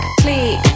click